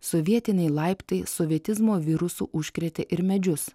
sovietiniai laiptai sovietizmo virusu užkrėtė ir medžius